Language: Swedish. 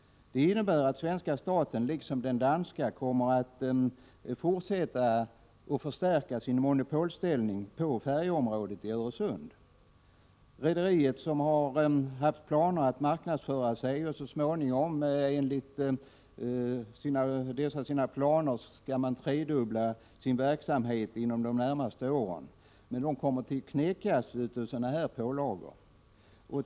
Det innebär att svenska staten, liksom den danska, kommer att förstärka sin monopolställning på färjeområdet i Öresund. Rederiet, som har haft planer på att marknadsföra sig och så småningom tredubbla sin verksamhet inom de närmaste åren, kommer att knäckas av sådana pålagor.